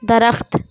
درخت